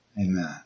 Amen